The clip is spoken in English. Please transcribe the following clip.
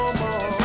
more